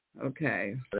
Okay